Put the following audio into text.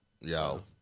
Yo